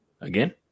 Again